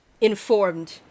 informed